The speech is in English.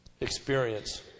experience